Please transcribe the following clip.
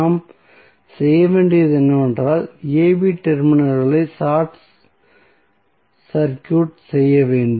நாம் செய்ய வேண்டியது என்னவென்றால் ab டெர்மினல்களை ஷார்ட் சர்க்யூட் செய்ய வேண்டும்